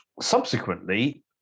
Subsequently